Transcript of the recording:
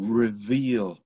reveal